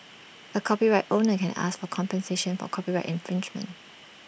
A copyright owner can ask for compensation for copyright infringement